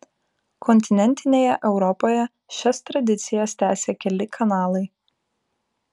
kontinentinėje europoje šias tradicijas tęsia keli kanalai